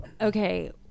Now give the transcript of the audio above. Okay